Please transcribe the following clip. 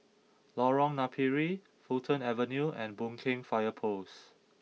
Lorong Napiri Fulton Avenue and Boon Keng Fire Post